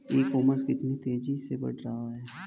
ई commerce कितनी तेजी से बढ़ रहा है?